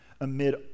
amid